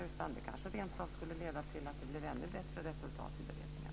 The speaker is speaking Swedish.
Det kanske rent av skulle leda till att det blev ännu bättre resultat i beredningen.